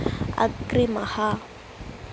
अग्रिमः